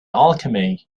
alchemy